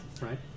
right